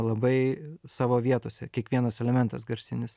labai savo vietose kiekvienas elementas garsinis